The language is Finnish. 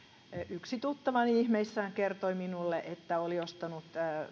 yksi tuttavani ihmeissään kertoi minulle että oli ostanut